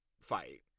fight